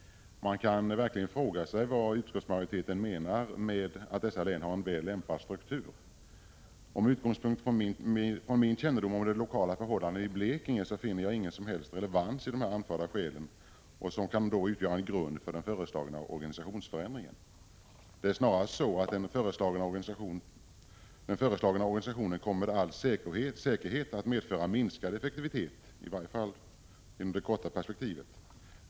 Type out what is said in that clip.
Man kan verkligen fråga sig vad utskottsmajoriteten menar med att dessa län har en väl lämpad struktur. Med utgångspunkt i min kännedom om de lokala förhållandena i Blekinge finner jag i de anförda skälen ingen som helst relevans, som kan utgöra grund för den föreslagna organisationsförändringen. Det är snarare så, att den föreslagna organisationen med all säkerhet kommer att medföra en minskning av effektiviteten, i varje fall i det korta perspektivet.